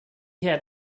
had